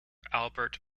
albert